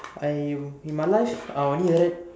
I in my life I only read